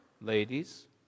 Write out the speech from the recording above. Ladies